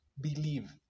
believe